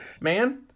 man